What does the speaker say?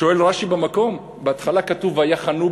שואל רש"י במקום: בהתחלה כתוב "ויחנו",